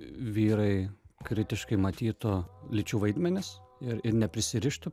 vyrai kritiškai matytų lyčių vaidmenis ir ir neprisirištų